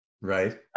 Right